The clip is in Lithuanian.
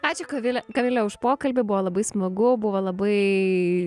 ačiū kavile kamile už pokalbį buvo labai smagu buvo labai